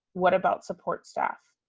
what about support staff?